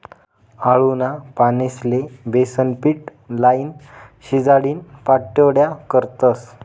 आळूना पानेस्ले बेसनपीट लाईन, शिजाडीन पाट्योड्या करतस